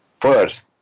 first